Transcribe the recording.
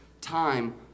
time